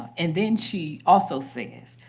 and then she also says,